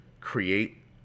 create